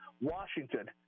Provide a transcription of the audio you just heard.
Washington